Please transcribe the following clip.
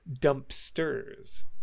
Dumpsters